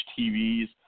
TVs